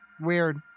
Weird